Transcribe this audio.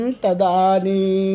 tadani